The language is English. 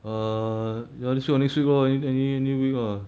err you want this week or next week lor any any week lah